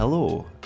Hello